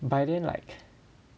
by then like